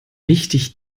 richtig